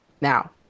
Now